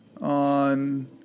on